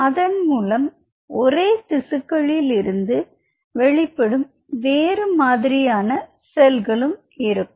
அதன்மூலம் ஒரே திசுக்களில் இருந்து வெளிப்படும் வேறு மாதிரியான செல்களும் இருக்கும்